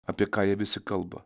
apie ką jie visi kalba